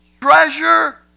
treasure